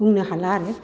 बुंनो हाला आरो